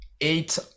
eight